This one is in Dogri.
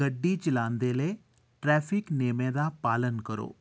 गड्डी चलांदे'लै ट्र्र्रैफिक नियमे दा पालन करो